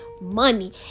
money